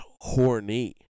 horny